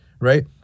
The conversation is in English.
right